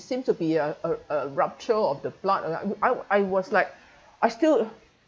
seem to be a a a rupture of the blood and I I was like I still